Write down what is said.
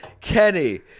kenny